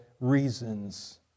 reasons